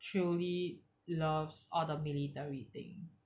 truly loves all the military thing